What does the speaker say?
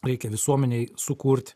reikia visuomenei sukurt